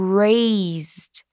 raised